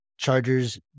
Chargers